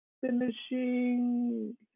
finishing